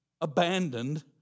abandoned